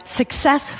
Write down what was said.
success